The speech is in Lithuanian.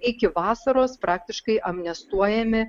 iki vasaros praktiškai amnestuojami